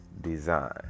design